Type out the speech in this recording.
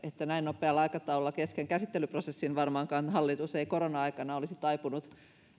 näin nopealla aikataululla kesken käsittelyprosessin varmaankaan hallitus ei korona aikana olisi taipunut